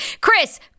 Chris